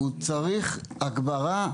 30 חיילים צעירים ניצלים.